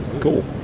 cool